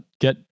Get